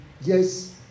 yes